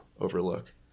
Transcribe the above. overlook